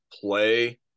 play